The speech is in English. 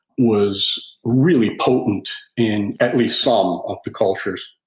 was really potent in at least some of the cultures.